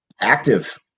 active